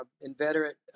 inveterate